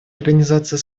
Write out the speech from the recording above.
организация